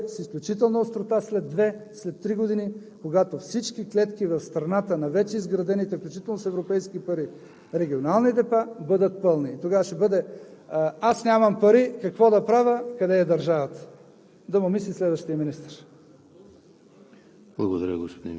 С парите, които трябваше да наберат общините, ще бъде с изключителна острота след две, след три години, когато всички клетки в страната на вече изградените, включително с европейски пари регионални депа бъдат пълни и тогава ще бъде: аз нямам пари, какво да правя, къде е държавата?